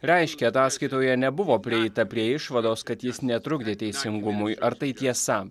reiškia ataskaitoje nebuvo prieita prie išvados kad jis netrukdė teisingumui ar tai tiesa